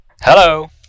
Hello